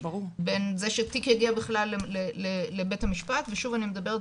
בין זה שתיק יגיע בכלל לבית המשפט ושוב אני מדברת